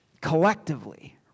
Collectively